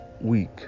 week